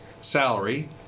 salary